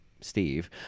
Steve